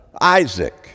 Isaac